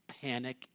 panic